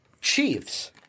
Chiefs